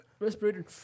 Respirator